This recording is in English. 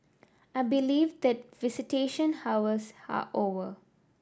I believe that visitation hours are over